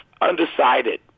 undecided